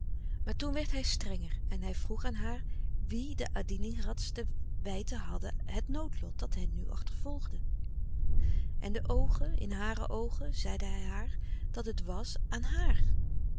maar toen werd hij strenger en hij vroeg haar aan wie de adiningrats te wijten hadden het noodlot dat hen nu achtervolgde en de oogen in hare oogen zeide hij haar dat het was aan haar